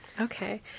Okay